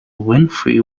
winfrey